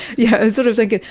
yeah, i'm sort of thinking,